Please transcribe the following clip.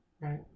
Right